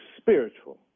spiritual